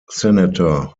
senator